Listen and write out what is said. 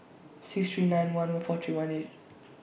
six three nine one O four three one eight